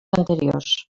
anteriors